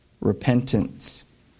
repentance